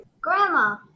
Grandma